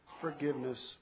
forgiveness